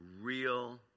real